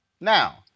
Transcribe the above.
Now